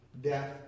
Death